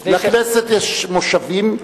לכנסת יש מושבים,